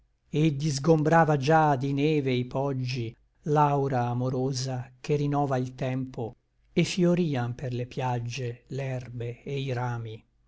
et disgombrava già di neve i poggi l'aura amorosa che rinova il tempo et fiorian per le piagge l'erbe e i rami